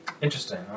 Interesting